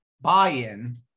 buy-in